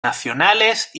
nacionales